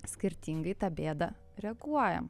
skirtingai tą bėdą reaguojam